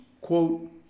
quote